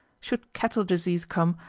should cattle disease come,